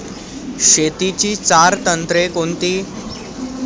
शेतीची चार तंत्रे कोणती?